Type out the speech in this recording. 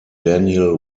daniel